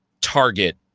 target